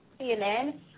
CNN